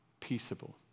peaceable